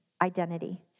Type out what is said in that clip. identity